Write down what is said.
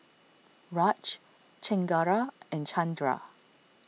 Raj Chengara and Chandra